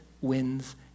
wins